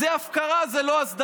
זו הפקרה, זו לא הסדרה.